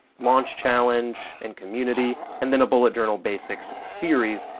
launch challenge and community, and then a bullet journal basics series,